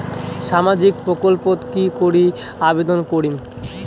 সামাজিক প্রকল্পত কি করি আবেদন করিম?